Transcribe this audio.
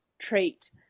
treat